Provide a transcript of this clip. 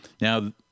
Now